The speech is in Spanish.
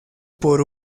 por